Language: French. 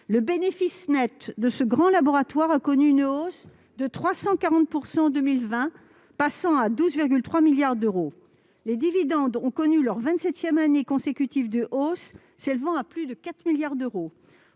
Le bénéfice net de ce grand laboratoire a connu une hausse de 340 % en 2020, passant à 12,3 milliards d'euros. Les dividendes ont connu leur vingt-septième année consécutive de hausse, s'élevant à plus de 4 milliards d'euros.